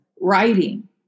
writing